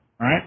right